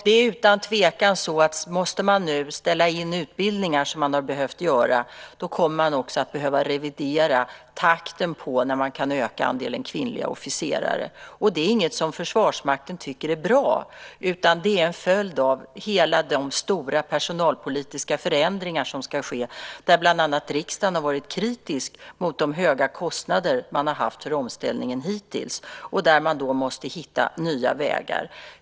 Det är utan tvekan så att måste man ställa in utbildningar, som man har behövt göra, kommer man också att behöva revidera takten för hur snabbt man kan öka andelen kvinnliga officerare. Det är inget som Försvarsmakten tycker är bra, utan det är en följd av de stora personalpolitiska förändringar som ska ske. Riksdagen har ju bland annat varit kritisk mot de höga kostnader man har haft för omställningen hittills, och man måste hitta nya vägar.